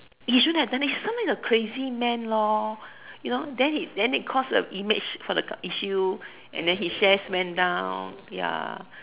he shouldn't have done it he's sometimes a crazy man lor you know then he then they cause the image for the issue and then he shares went down ya